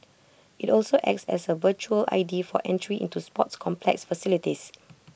IT also acts as A virtual I D for entry into sports complex facilities